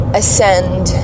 ascend